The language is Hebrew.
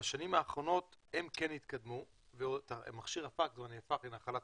בשנים האחרונות התקדמו ומכשיר הפקס הפך לנחלת